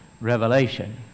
revelation